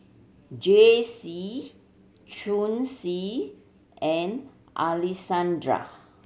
Jaycee Chauncy and Alessandra